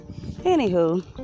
Anywho